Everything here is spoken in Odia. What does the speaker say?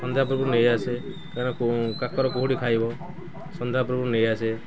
ସନ୍ଧ୍ୟା ପୂର୍ବରୁ ନେଇଆସେ କାରଣ କାକର କୁହୁଡ଼ି ଖାଇବ ସନ୍ଧ୍ୟା ପୂର୍ବରୁ ନେଇଆସେ